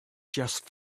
just